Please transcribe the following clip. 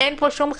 אין פה שום חידוש.